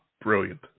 brilliant